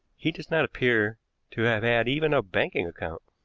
he does not appear to have had even a banking account.